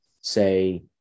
say